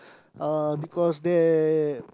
uh because there